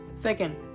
Second